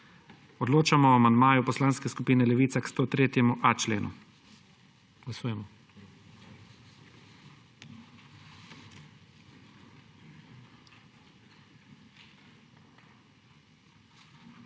Odločamo o amandmaju Poslanske skupine Levica k 50. členu